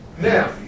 Now